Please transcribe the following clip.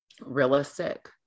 realistic